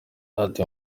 ati